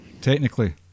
technically